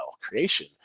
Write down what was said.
Creation